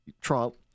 Trump